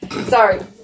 Sorry